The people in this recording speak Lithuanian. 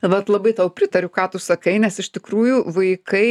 vat labai tau pritariu ką tu sakai nes iš tikrųjų vaikai